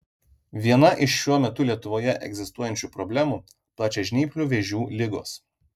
viena iš šiuo metu lietuvoje egzistuojančių problemų plačiažnyplių vėžių ligos